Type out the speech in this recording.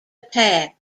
attack